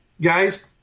Guys